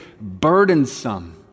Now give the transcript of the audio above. burdensome